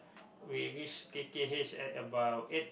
we reach k_k_h at about eight